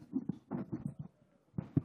בבקשה,